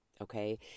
Okay